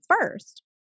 first